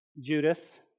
Judas